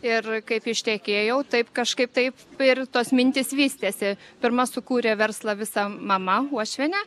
ir kaip ištekėjau taip kažkaip taip ir tos mintys vystėsi pirma sukūrė verslą visa mama uošvienė